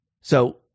So-